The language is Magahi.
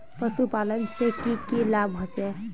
पशुपालन से की की लाभ होचे?